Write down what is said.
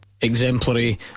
Exemplary